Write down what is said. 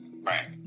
right